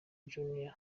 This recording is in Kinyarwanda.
junior